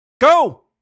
Go